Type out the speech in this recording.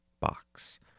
box